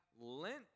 lent